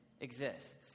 exists